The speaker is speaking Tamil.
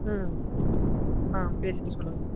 ம் ஆ பேசிவிட்டு சொல்லுங்கள்